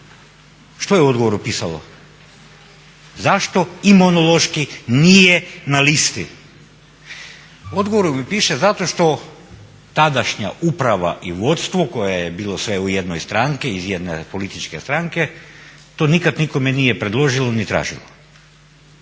Što je u odgovoru pisalo zašto Imunološki nije na listi? U odgovoru mi piše zato što tadašnja uprava i vodstvo koje je bilo sve u jednoj stranci, iz jedne političke stranke, to nikad nikome nije predložilo ni tražilo.